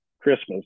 Christmas